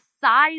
size